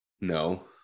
No